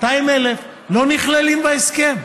200,000, לא נכללים בהסכם.